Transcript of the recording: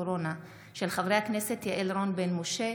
בהצעתם של חברי הכנסת יעל רון בן משה,